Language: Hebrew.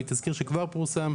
מתזכיר שכבר פורסם.